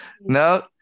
No